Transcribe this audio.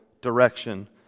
direction